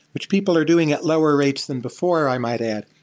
which people are doing at lower rates than before, i might add.